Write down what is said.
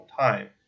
time